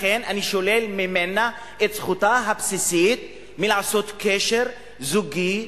לכן אני שולל ממנה את זכותה הבסיסית לעשות קשר זוגי,